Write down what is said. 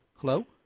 Hello